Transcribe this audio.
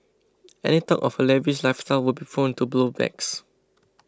any talk of her lavish lifestyle would be prone to blow backs